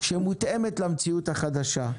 שמותאמת למציאות החדשה.